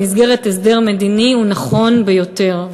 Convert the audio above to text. במסגרת הסדר מדיני הוא נכון ביותר,